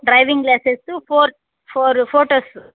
driving license four four photos